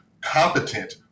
competent